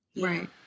right